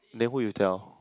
then who you tell